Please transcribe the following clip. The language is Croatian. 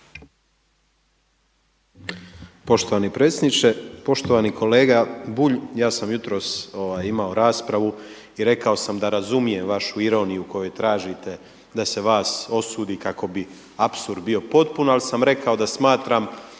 Poštovani predsjedniče. Poštovani kolega Bulj, ja sam jutros imao raspravu i rekao sam da razumijem vašu ironiju u kojoj tražite da se vas osudi kako bi apsurd bio potpun, ali sam rekao da smatram